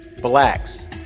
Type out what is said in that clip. blacks